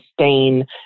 sustain